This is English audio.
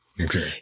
Okay